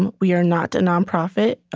and we are not a nonprofit.